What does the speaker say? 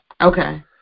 Okay